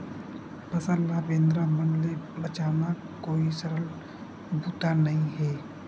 फसल ल बेंदरा मन ले बचाना कोई सरल बूता नइ हे